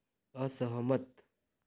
असहमत